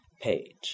page